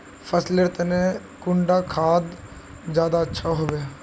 फसल लेर तने कुंडा खाद ज्यादा अच्छा सोबे?